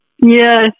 Yes